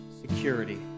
security